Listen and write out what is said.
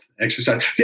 exercise